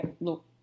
look